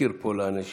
להזכיר פה לאנשים.